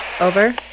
Over